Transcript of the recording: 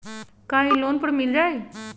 का इ लोन पर मिल जाइ?